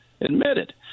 admitted